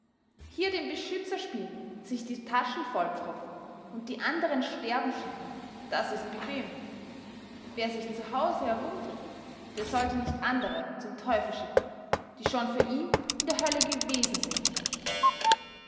hier den beschützer spielen sich die taschen vollpfropfen und die anderen sterben schicken das ist bequem wer sich zu hause herumdrückt der sollte nicht andere zum teufel schicken die schon für ihn in der hölle gewesen sind